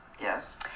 Yes